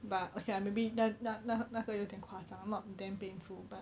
but okay lah maybe the 那那那个有点夸张 not damn painful but